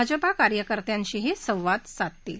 भाजप कार्यकर्त्यांशीही ते संवाद साधतील